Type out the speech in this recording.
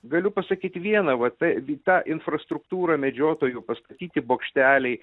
galiu pasakyt viena va ta ta infrastruktūra medžiotojų pastatyti bokšteliai